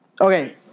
Okay